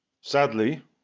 Sadly